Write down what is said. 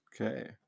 Okay